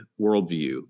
worldview